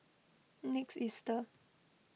next Easter